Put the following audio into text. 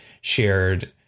shared